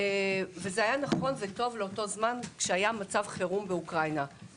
זה הה נכון לאותו זמן כשהיה מצב חירום באוקראינה.